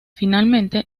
finalmente